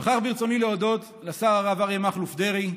וכך ברצוני להודות לשר הרב אריה מכלוף דרעי,